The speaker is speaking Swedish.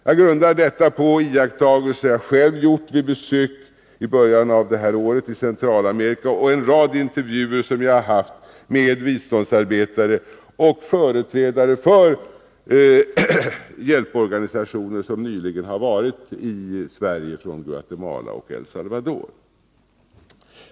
Jag grundar detta på iakttagelser som jag själv har gjort vid besök i början av detta år i Centralamerika och på en rad intervjuer med biståndsarbetare och företrädare för hjälporganisationer i Guatemala och El Salvador som nyligen har varit i Sverige.